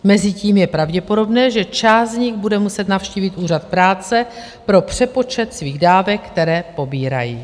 Mezitím je pravděpodobné, že část z nich bude muset navštívit Úřad práce pro přepočet svých dávek, které pobírají.